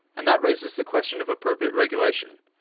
and that raises the question of appropriate regulation.